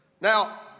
Now